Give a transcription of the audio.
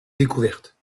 découvertes